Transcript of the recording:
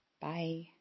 Bye